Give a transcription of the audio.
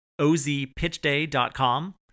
ozpitchday.com